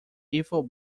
ethel